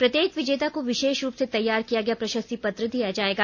प्रत्येक विजेता को विशेष रूप से तैयार किया गया प्रशस्ति पत्र दिया जाएगा